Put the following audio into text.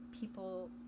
people